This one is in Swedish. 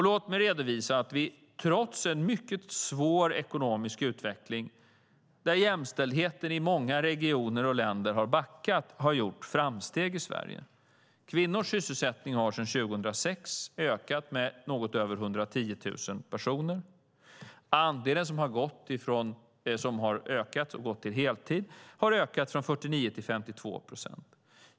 Låt mig redovisa att vi trots en mycket svår ekonomisk utveckling, där jämställdheten i många regioner och länder har backat, har gjort framsteg i Sverige. Kvinnors sysselsättning har sedan 2006 ökat med något över 110 000 personer. Andelen som har gått över till heltid har ökat från 49 till 52 procent.